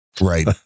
Right